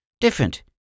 different